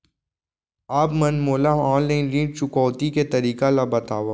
आप मन मोला ऑनलाइन ऋण चुकौती के तरीका ल बतावव?